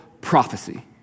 prophecy